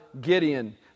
Gideon